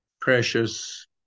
precious